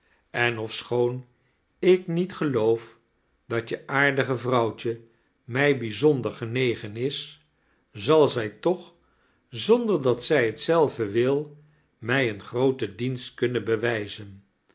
en ofschooa ik niet geloof dat je aardige vrouwtje mij bijzonder genegen is zal zij toch zander dat zij t zelve wil mij een grooten dienst kunnen bewqzen